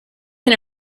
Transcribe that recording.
can